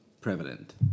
prevalent